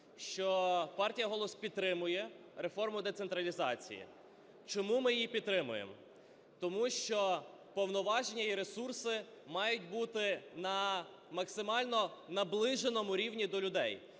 що партія "Голос" підтримує реформу децентралізації. Чому ми її підтримуємо. Тому що повноваження і ресурси мають бути на максимально наближеному рівні до людей.